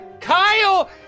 Kyle